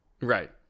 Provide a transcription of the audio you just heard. right